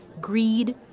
greed